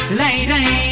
lady